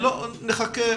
לא, נחכה.